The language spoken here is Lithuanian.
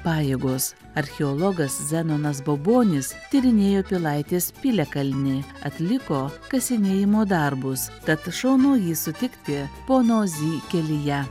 pajėgos archeologas zenonas baubonis tyrinėjo pilaitės piliakalnį atliko kasinėjimo darbus tad šaunu jį sutikti pono zy kelyje